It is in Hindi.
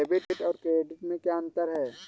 डेबिट और क्रेडिट में क्या अंतर है?